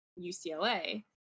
UCLA